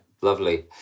lovely